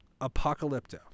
Apocalypto